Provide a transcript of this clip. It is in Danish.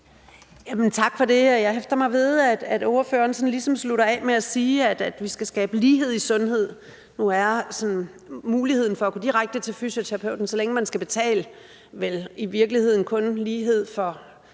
Tak for det. Jeg hæfter mig ved, at ordføreren sådan ligesom slutter af med at sige, at vi skal skabe lighed i sundhed. Nu er muligheden for at gå direkte til fysioterapeuten, så længe man skal betale, vel i virkeligheden mere